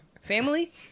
family